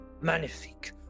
magnifique